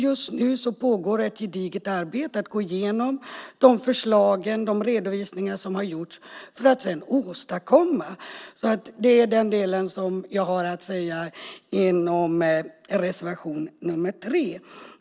Just nu pågår ett gediget arbete med att gå igenom de förslag och redovisningar som har gjorts för att sedan åstadkomma. Det är vad jag har att säga angående reservation nr 3.